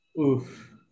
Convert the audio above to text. Oof